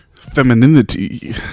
femininity